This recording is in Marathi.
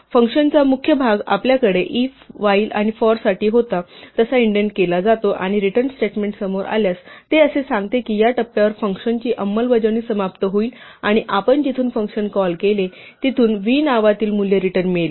फंक्शनचा मुख्य भाग आपल्याकडे if while आणि for साठी होता तसा इंडेंट केला जातो आणि रिटर्न स्टेटमेंट समोर आल्यास ते असे सांगते की या टप्प्यावर फंक्शनची अंमलबजावणी समाप्त होईल आणि आपण जिथून फंक्शन कॉल केले तिथून v नावातील मूल्य रिटर्न मिळेल